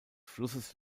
flusses